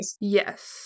Yes